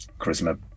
charisma